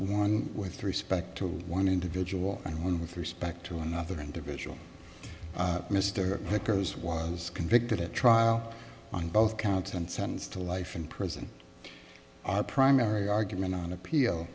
one with respect to one individual and one with respect to another individual mr vickers was convicted at trial on both counts and sentenced to life in prison our primary argument on appeal